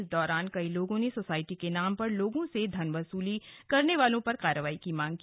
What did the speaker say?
इस दौरान कई लोगों ने सोसायटी के नाम पर लोगों से धन वसूली करने वालों पर कार्रवाई की मांग की